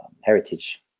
heritage